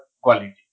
quality